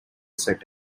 set